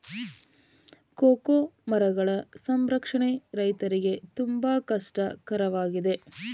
cocoa ಮರಗಳ ಸಂರಕ್ಷಣೆ ರೈತರಿಗೆ ತುಂಬಾ ಕಷ್ಟ ಕರವಾಗಿದೆ